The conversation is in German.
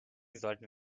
sollten